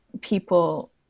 people